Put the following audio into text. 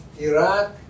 Iraq